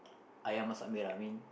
ayam masak merah I mean